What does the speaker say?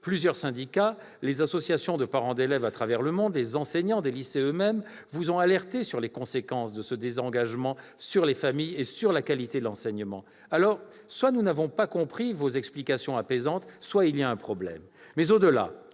plusieurs syndicats, les associations de parents d'élèves à travers le monde, les enseignants des lycées eux-mêmes vous ont alerté sur les conséquences de ce désengagement pour les familles et la qualité de l'enseignement. Alors, soit nous n'avons pas compris vos explications apaisantes, soit il y a un problème. Mais, au-delà,